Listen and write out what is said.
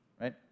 right